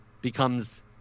becomes